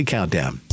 Countdown